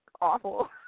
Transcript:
awful